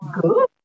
Good